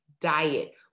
diet